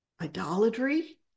idolatry